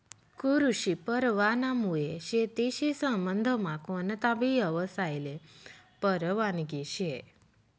कृषी परवानामुये शेतीशी संबंधमा कोणताबी यवसायले परवानगी शे